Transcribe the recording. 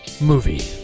movie